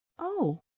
oh!